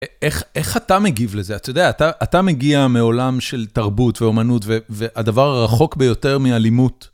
איך אתה מגיב לזה? אתה יודע, אתה מגיע מעולם של תרבות ואומנות, והדבר הרחוק ביותר מאלימות.